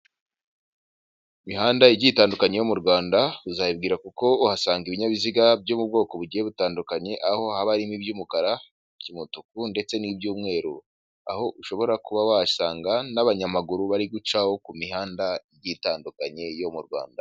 Imihanda igiye itandukanye yo mu Rwanda uzayibwira kuko uhasanga ibinyabiziga byo mu bwoko bugiye butandukanye aho haba hari iby'umukara, iby'umutuku ndetse n'ibyumweru aho ushobora kuba wasanga n'abanyamaguru bari gucaho ku mihanda igiye itandukanye yo mu Rwanda.